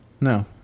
no